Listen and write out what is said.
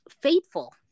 faithful